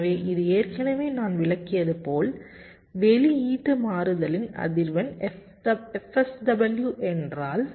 எனவே இது ஏற்கனவே நான் விளக்கியதுபோல் வெளியீட்டு மாறுதலின் அதிர்வெண் fSW என்றால்